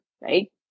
Right